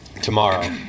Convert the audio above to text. tomorrow